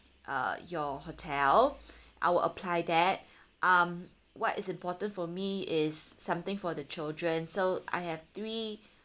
uh your hotel I will apply that um what is important for me is something for the children so I have three